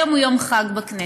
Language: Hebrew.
היום הוא יום חג בכנסת.